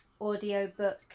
audiobook